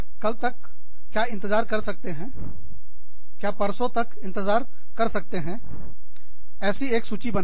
कल तक क्या इंतज़ार कर सकते हैं क्या परसों तक इंतज़ार कर सकते हैं ऐसी एक सूची बनाएँ